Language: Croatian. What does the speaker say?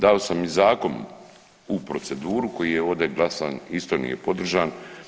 Dao sam i zakon u proceduru koji je ovdje glasan, isto nije podržan.